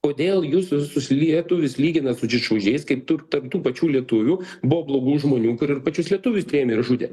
kodėl jūs visus lietuvius lyginat su žydšaudžiais kaip tu tarp tų pačių lietuvių buvo blogų žmonių kur ir pačius lietuvius trėmė ir žudė